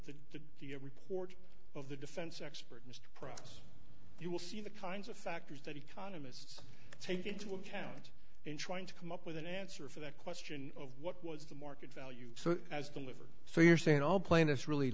the the the report of the defense expert mr process you will see the kinds of factors that economists take into account in trying to come up with an answer for that question of what was the market value so as delivered so you're saying all plaintiffs really